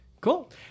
Cool